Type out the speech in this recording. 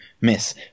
miss